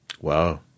Wow